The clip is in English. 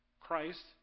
Christ